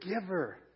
giver